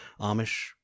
Amish